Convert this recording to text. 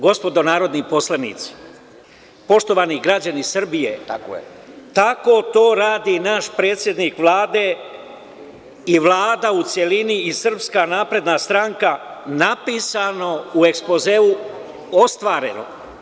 Gospodo narodni poslanici, poštovani građani Srbije, tako to radi naš predsednik Vlade i Vlada u celini i Srpska napredna stranka - napisano u ekspozeu, ostvareno.